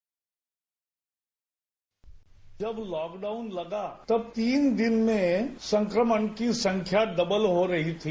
bite जब lockdown लगा तब तीन दिन में संक्रमण की संख्या डबल हो रही थी